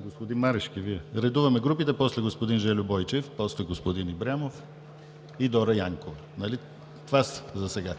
господин Марешки. Редуваме групите. После е господин Жельо Бойчев, после – господин Ибрямов и Дора Янкова. Тези са засега.